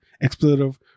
explosive